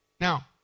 Now